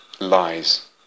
lies